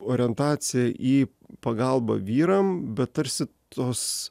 orientacija į pagalbą vyram bet tarsi tos